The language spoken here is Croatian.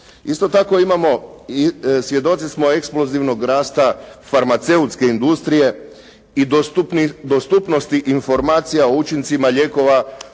Isto tako imamo i svjedoci smo eksplozivnog rasta farmaceutske industrije i dostupnosti informacija o učincima lijekova